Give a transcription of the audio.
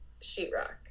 sheetrock